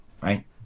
right